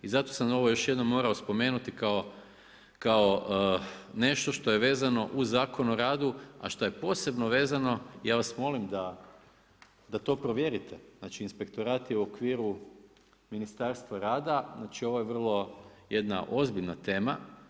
I zato sam ovo još jednom morao spomenuti kao nešto što je vezno uz Zakon o radu, a šta je posebno vezano, ja vas molim da to provjerite, znači inspektorat je u okviru Ministarstva rada, znači ovo je jedna vrlo ozbiljna tema.